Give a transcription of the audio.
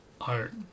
art